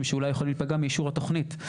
שאולי יכולים להיפגע מאישור התוכנית.